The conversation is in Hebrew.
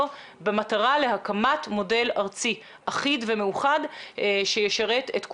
במטרה להקמת מודל ארצי אחיד ומאוחד שישרת את כולנו,